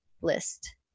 list